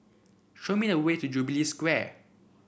show me the way to Jubilee Square